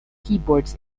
keyboards